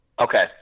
Okay